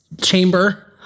chamber